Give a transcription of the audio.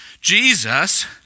Jesus